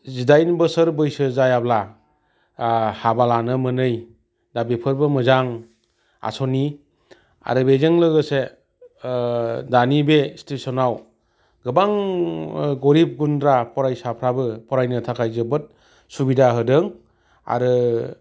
जिदाइन बोसोर बैसो जायाब्ला हाबा लानो मोनै दा बेफोरबो मोजां आसनि आरो बेजों लोगोसे दानि बे सिटुवेसोनाव गोबां ओ गोरिब गुन्द्रा फरायसाफ्राबो फरायनो थाखाय जोबोद सुबिदा होदों आरो